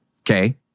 okay